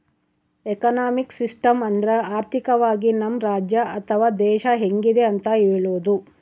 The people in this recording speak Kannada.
ಎಕನಾಮಿಕ್ ಸಿಸ್ಟಮ್ ಅಂದ್ರ ಆರ್ಥಿಕವಾಗಿ ನಮ್ ರಾಜ್ಯ ಅಥವಾ ದೇಶ ಹೆಂಗಿದೆ ಅಂತ ಹೇಳೋದು